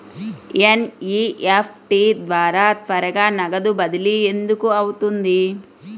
NEFT ద్వారా త్వరగా నగదు బదిలీ ఎందుకు అవుతుంది?